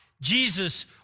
Jesus